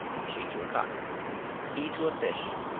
and she to a cock he to a fish,